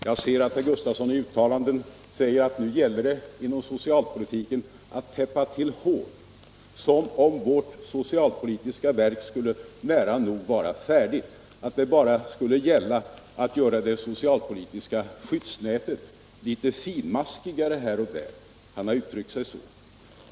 Jag ser att herr Gustavsson i uttalanden har sagt att det nu gäller att täppa till hål inom socialpolitiken — som om vårt socialpolitiska verk Allmänpolitisk debatt Allmänpolitisk debatt skulle vara nära nog färdigt och det bara gällde att göra det socialpolitiska skyddsnätet ”litet finmaskigare” här och var. Herr Gustavsson har uttryckt sig så.